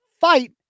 fight